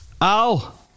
Al